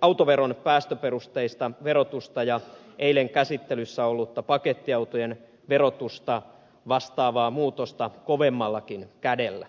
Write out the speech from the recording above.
autoveron päästöperusteista verotusta ja eilen käsittelyssä ollutta pakettiautojen verotusta vastaavaa muutosta kovemmallakin kädellä